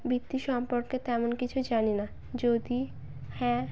বৃত্তি সম্পর্কে তেমন কিছু জানি না যদি হ্যাঁ